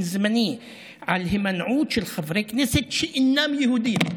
זמני על הימנעות של חברי כנסת שאינם יהודים".